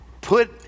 put